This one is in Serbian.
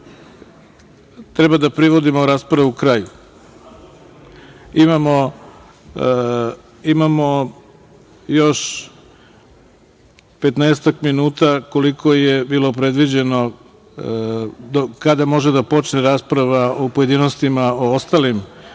treba da privodimo raspravu kraju. Imamo još 15-ak minuta koliko je bilo predviđeno kada može da počne rasprava u pojedinostima o ostalim